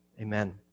amen